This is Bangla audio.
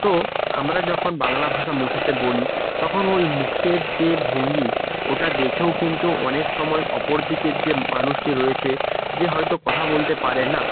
তো আমরা যখন বাংলা ভাষা মুখেতে বলি তখন ওই মুখের যে ভঙ্গি ওটা দেখেও কিন্তু অনেক সময় অপর দিকের যে মানুষটি রয়েছে যে হয়তো কথা বলতে পারে না